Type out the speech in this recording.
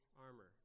armor